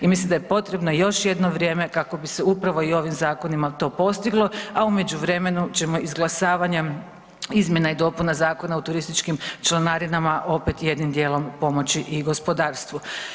I mislim da je potrebno još jedno vrijeme kako bi se upravo i ovim zakonima to postiglo, a u međuvremenu ćemo izglasavanjem izmjena i dopunama Zakona o turističkim članarinama opet jednim dijelom pomoći i gospodarstvu.